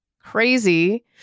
Crazy